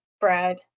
Brad